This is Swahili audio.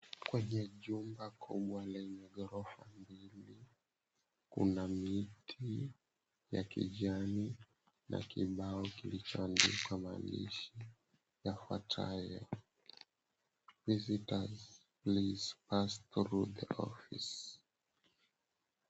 Kwenye jumba kubwa lenye ghorofa mbili, kuna miti ya kijani na kibao kilichoandikwa mahandishi yafuatayo, "Visitors Please Pass Through The Office."